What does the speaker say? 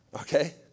Okay